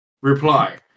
reply